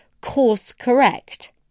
course-correct